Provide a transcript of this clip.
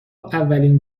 اولین